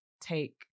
take